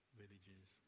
villages